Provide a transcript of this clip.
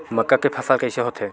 मक्का के फसल कइसे होथे?